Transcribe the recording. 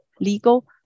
legal